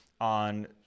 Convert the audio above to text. on